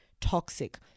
toxic